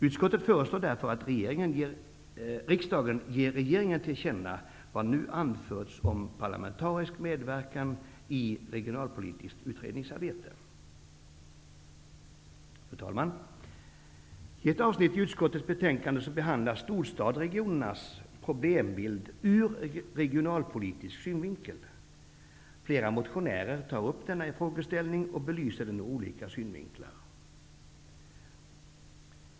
Utskottet föreslår därför att riksdagen ger regeringen till känna vad nu anförts om parlamentarisk medverkan i regionalpolitiskt utredningsarbete.'' Fru talman! I ett avsnitt i utskottets betänkande behandlas storstadsregionernas problembild ur regionalpolitisk synvinkel. Flera motionärer tar upp denna frågeställning och belyser den ur olika synvinklar.